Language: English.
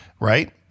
Right